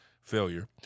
failure